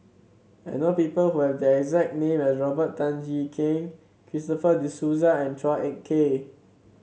I know people who have the exact name as Robert Tan Jee Keng Christopher De Souza and Chua Ek Kay